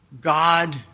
God